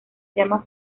llamas